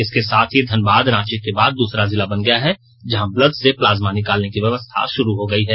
इसके साथ ही धनबाद रांची के बाद दुसरा जिला बन गया जहां ब्लड से प्लाज्मा निकालने की व्यवस्था शुरू हो गई है